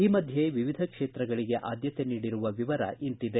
ಈ ಮಧ್ಯೆ ವಿವಿಧ ಕ್ಷೇತ್ರಗಳಿಗೆ ಆದ್ಯತೆ ನೀಡಿರುವ ವಿವರ ಇಂತಿದೆ